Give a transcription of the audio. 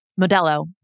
Modelo